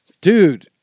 Dude